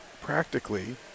practically